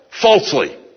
falsely